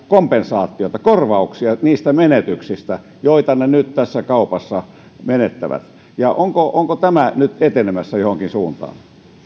kompensaatiota korvauksia niistä menetyksistä joita ne nyt tässä kaupassa menettävät onko tämä nyt etenemässä johonkin suuntaan